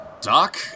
Doc